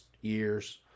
years